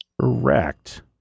Correct